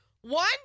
one